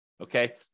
Okay